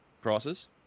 prices